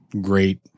Great